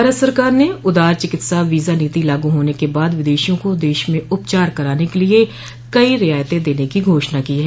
भारत सरकार ने उदार चिकित्सा वीजा नीति लागू होने के बाद विदेशियों को देश में उपचार कराने के लिए कई रियायतें देने की घोषणा की है